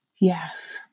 yes